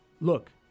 Look